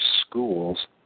schools